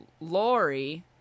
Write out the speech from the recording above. Lori